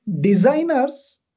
Designers